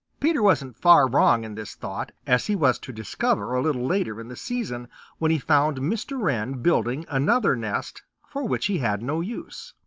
peter wasn't far wrong in this thought, as he was to discover a little later in the season when he found mr. wren building another nest for which he had no use.